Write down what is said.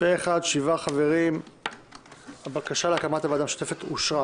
אין הבקשה להקמת הוועדה המשותפת התקבלה.